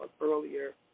earlier